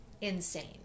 insane